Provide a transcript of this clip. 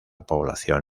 población